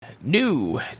new